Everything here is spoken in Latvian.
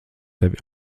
tevi